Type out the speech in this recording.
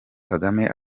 kagame